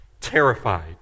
terrified